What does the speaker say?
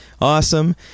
awesome